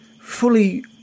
fully